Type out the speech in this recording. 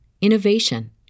innovation